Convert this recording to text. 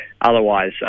Otherwise